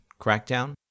crackdown